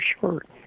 short